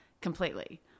completely